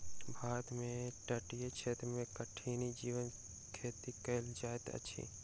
भारत में तटीय क्षेत्र में कठिनी जीवक खेती कयल जाइत अछि